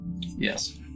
Yes